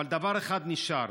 אבל דבר אחד נשאר: